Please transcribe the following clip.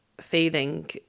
feeling